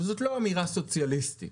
וזאת לא אמירה סוציאליסטית.